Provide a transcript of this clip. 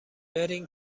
برین